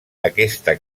aquesta